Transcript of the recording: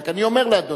רק אני אומר לאדוני,